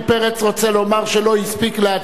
בעד,